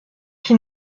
qui